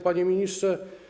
Panie Ministrze!